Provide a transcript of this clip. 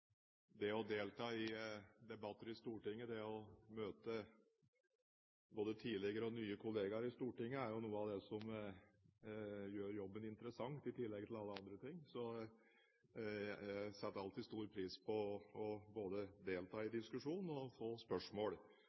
Det å delta i debatter i Stortinget, det å møte både tidligere og nye kollegaer i Stortinget, er noe av det som gjør jobben interessant, i tillegg til alle andre ting. Jeg setter alltid stor pris på både å delta i diskusjonen og å få spørsmål,